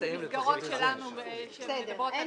מהמסגרות שלנו שמדברות על עיצומים.